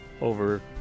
over